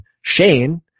Shane